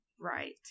right